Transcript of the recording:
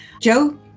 Joe